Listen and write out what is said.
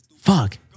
fuck